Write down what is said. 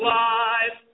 life